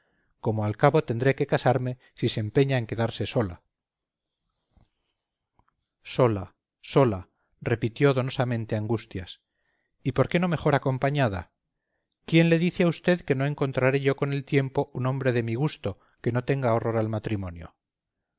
como al cabo tendré que casarme si se empeña en quedarse sola sola sola repitió donosamente angustias y por qué no mejor acompañada quién le dice a usted que no encontraré yo con el tiempo un hombre de mi gusto que no tenga horror al matrimonio